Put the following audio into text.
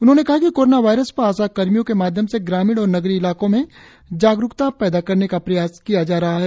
उन्होंने कहा कि कोरोना वायरस पर आशा कर्मियों के माध्यम से ग्रामीण और नगरीय इलाकों में जागरुकता पैदा करने का प्रयास किया जा रहा है